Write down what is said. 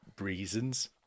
reasons